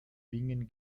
bingen